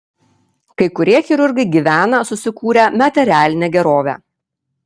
kai kurie chirurgai gyvena susikūrę materialinę gerovę